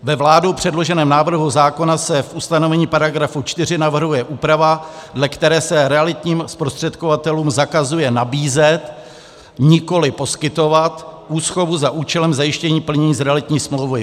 Ve vládou předloženém návrhu zákona se v ustanovení § 4 navrhuje úprava, dle které se realitním zprostředkovatelům zakazuje nabízet, nikoli poskytovat, úschovu za účelem zajištění plnění z realitní smlouvy.